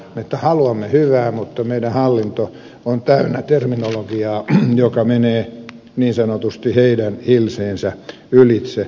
me haluamme hyvää mutta meidän hallintomme on täynnä terminologiaa joka menee niin sanotusti heidän hilseensä ylitse